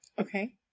Okay